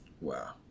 Wow